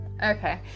Okay